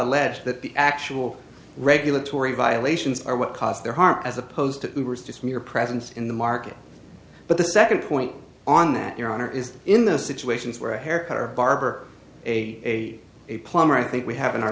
allege that the actual regulatory violations are what caused their harm as opposed to we were just mere presence in the market but the second point on that your honor is in the situations where a haircut or barber a a plumber i think we have in our